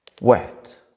wet